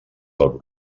del